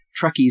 truckies